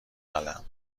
قلم